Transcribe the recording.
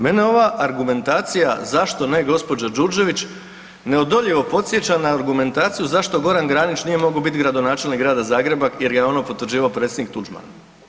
Mene ova argumentacija zašto ne gospođa Đurđević neodoljivo podsjeća na argumentaciju zašto Goran Granić nije mogao biti gradonačelnik grada Zagreba jer je ono potvrđivao predsjednik Tuđman.